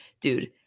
dude